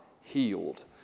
healed